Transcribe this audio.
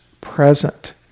present